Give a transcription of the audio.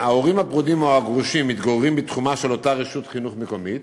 ההורים הפרודים או הגרושים מתגוררים בתחומה של אותה רשות חינוך מקומית,